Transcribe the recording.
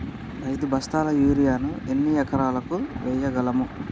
ఐదు బస్తాల యూరియా ను ఎన్ని ఎకరాలకు వేయగలము?